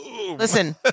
Listen